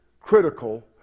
critical